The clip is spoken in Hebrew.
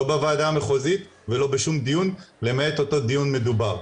לא בוועדה המחוזית ולא בשום דיון למעט אותו דיון מדובר.